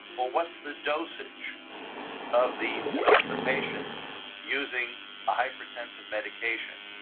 what's the dosage of the of the patient using a hypertensive medication?